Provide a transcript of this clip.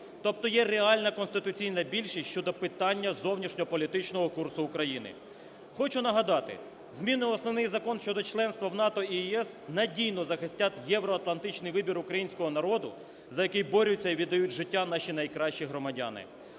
тобто є реальна конституційна більшість щодо питання зовнішньополітичного курсу України. Хочу нагадати: зміни в Основний закон щодо членства в НАТО і ЄС надійно захистять євроатлантичний вибір українського народу, за який борються і віддають життя наші найкращі громадяни.